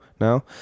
now